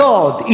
God